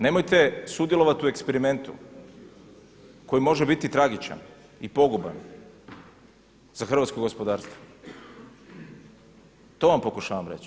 Nemojte sudjelovati u eksperimentu koji može biti tragičan i poguban za hrvatsko gospodarstvo to vam pokušavam reći.